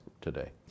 today